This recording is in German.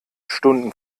stunden